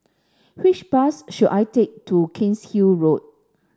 which bus should I take to Cairnhill Road